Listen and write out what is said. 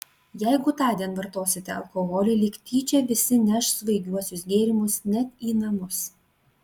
jeigu tądien vartosite alkoholį lyg tyčia visi neš svaigiuosius gėrimus net į namus